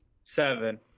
seven